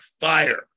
fire